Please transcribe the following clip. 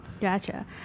gotcha